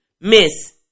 Miss